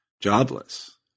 jobless